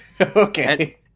Okay